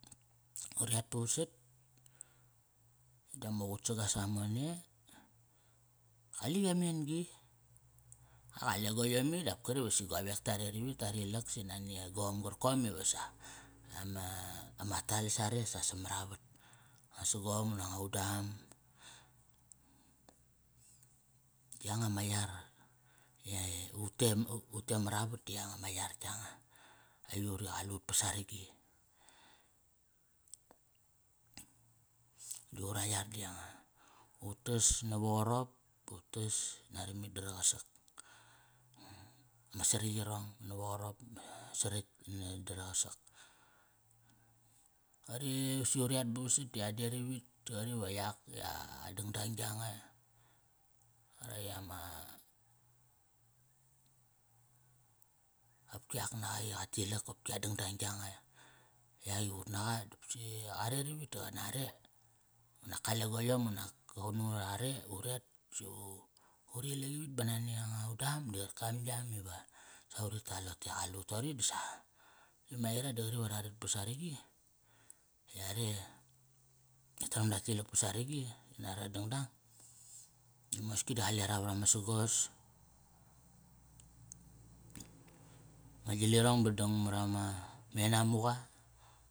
Uri at pa vasat, dama qutsaga samone. Qaliqi amen-gi. Qale goyom i dap si qari va govek ta rilak nani gom qarkom ive sa ama, ama tal sare sa samaravat. Nga sagom unak angu dam. Yanga ma yar i u tem, ut te mar avat di yanga ma yar tkia nga. Aiyut i qalut pa saragi. Di ura yar di yanga. Utas nava qarop ba utas naramit nara qasak. Ma sarutk na dara qasak. Qari si uri at ba vasat di adet ivit i qari va yak i a dangdang yanga, qarak i ama, qopki ak naqa i qa tilak kopki a dangdang yanga eh? Yak i ut naqa, qopsi qa ret ivit kana are, unak kale qoyom unak ut na are uret si u, uri ilak ivit ba nani anga udam di qarkam yam iva sa uri tal i rote qale ut toqori disa, taram i aira di qari va ra ret pa saragi, yare i ra taram da tilak pa saragi tina ara dangdang Mos ngi di qale ra varama sagos. Ma gilirong ba dadang marama, menamuqa.